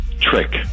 trick